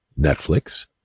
Netflix